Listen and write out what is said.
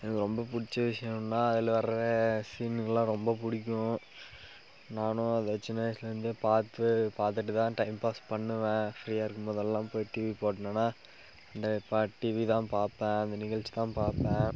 எனக்கு ரொம்ப பிட்ச்ச விஷயோனா அதில் வர்ற சீனுகள்லாம் ரொம்ப பிடிக்கும் நானும் அதை சின்ன வயிசுலருந்தே பார்த்து பார்த்துட்டு தான் டைம்பாஸ் பண்ணுவேன் ஃப்ரீயாக இருக்கும்போதெல்லாம் போய் டிவி போட்னனா இந்த பா டிவி தான் பார்ப்பேன் அந்த நிகழ்ச்சி தான் பார்ப்பேன்